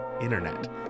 internet